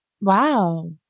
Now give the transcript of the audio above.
Wow